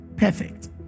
Perfect